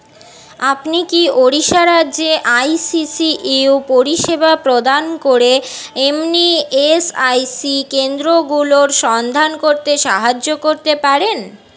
আপনি কি ওড়িশা রাজ্যে আই সি সি ইউ পরিষেবা প্রদান করে এমনি এস আই সি কেন্দ্রগুলোর সন্ধান করতে সাহায্য করতে পারেন